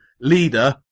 leader